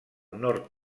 nord